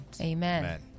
Amen